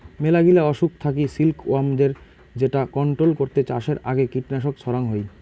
মেলাগিলা অসুখ থাকি সিল্ক ওয়ার্মদের যেটা কন্ট্রোল করতে চাষের আগে কীটনাশক ছড়াঙ হই